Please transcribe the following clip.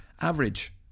average